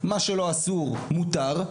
מה שלא אסור מותר.